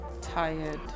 tired